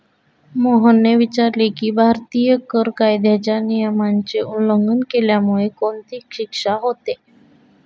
मोहनने विचारले की, भारतीय कर कायद्याच्या नियमाचे उल्लंघन केल्यामुळे कोणती शिक्षा होते?